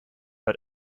but